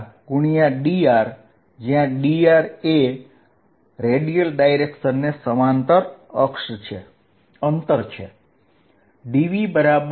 આ નાનું volume element dv અહીં a આ ગોળાની ત્રિજ્યા R કરતા ખૂબ જ નાનું છે a0 છે તેથી હું આને R2dcosθdϕ